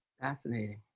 Fascinating